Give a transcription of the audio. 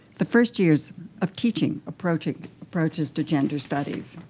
the first years of teaching approaches approaches to gender studies.